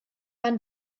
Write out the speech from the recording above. man